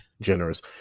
generous